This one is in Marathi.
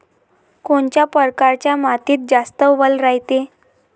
कोनच्या परकारच्या मातीत जास्त वल रायते?